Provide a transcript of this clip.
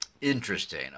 Interesting